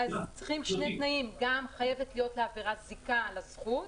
צריכים להיות שני תנאים: גם חייבת להיות עבירת זיקה לזכות